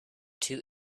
two